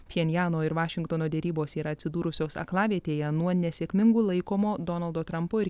pchenjano ir vašingtono derybos yra atsidūrusios aklavietėje nuo nesėkmingų laikomo donaldo trampo ir